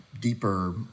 deeper